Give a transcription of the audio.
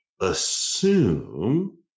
assume